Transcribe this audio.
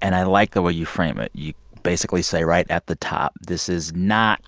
and i like the way you frame it. you basically say right at the top, this is not